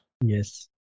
yes